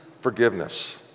forgiveness